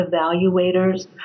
evaluators